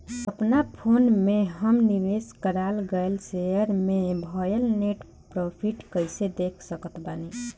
अपना फोन मे हम निवेश कराल गएल शेयर मे भएल नेट प्रॉफ़िट कइसे देख सकत बानी?